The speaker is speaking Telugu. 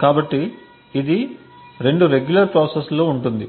కాబట్టి ఇది 2 రెగ్యులర్ ప్రాసెస్లలో ఉంది